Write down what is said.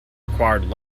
required